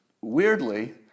weirdly